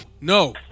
no